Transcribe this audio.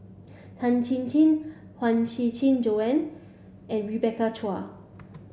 Tan Chin Chin Huang Shiqi Joan and Rebecca Chua